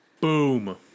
Boom